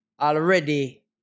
already